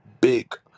big